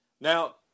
now